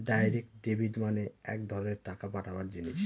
direct debit মানে এক ধরনের টাকা পাঠাবার জিনিস